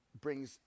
brings